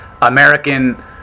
American